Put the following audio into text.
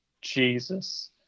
Jesus